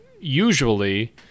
usually